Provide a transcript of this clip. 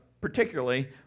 particularly